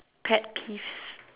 pet peeves